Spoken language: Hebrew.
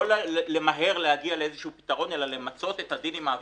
לא למהר להגיע לאיזה פתרון אלא למצות את הדין עם העבריינים.